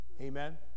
Amen